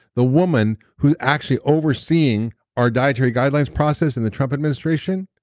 the woman who's actually overseeing our dietary guidelines process in the trump administration,